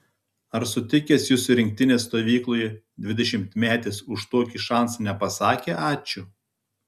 ar sutikęs jus rinktinės stovykloje dvidešimtmetis už tokį šansą nepasakė ačiū